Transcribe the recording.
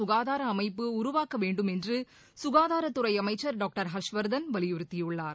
சுகாதார அமைப்பு உருவாக்க வேண்டும் என்று சுகாதாரத்துறை அமைச்சர் டாக்டர் ஹர்ஷ்வர்தன் வலியுறுத்தியுள்ளார்